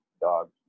dogs